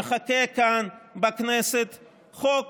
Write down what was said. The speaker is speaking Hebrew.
מחכה כאן בכנסת חוק